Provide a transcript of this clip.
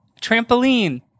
Trampoline